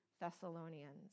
Thessalonians